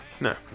No